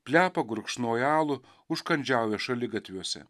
plepa gurkšnoja alų užkandžiauja šaligatviuose